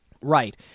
right